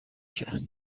کرد